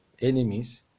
enemies